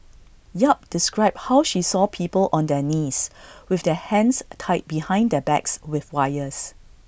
yap described how she saw people on their knees with their hands tied behind their backs with wires